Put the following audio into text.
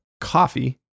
Coffee